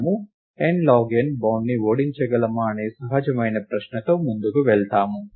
మనము n log n బౌండ్ను ఓడించగలమా అనే సహజమైన ప్రశ్నతో ముందుకు వెళ్తాము